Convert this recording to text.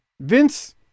Vince